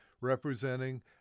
representing